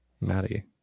Maddie